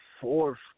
fourth